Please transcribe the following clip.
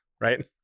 right